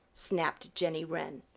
snapped jenny wren.